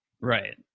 Right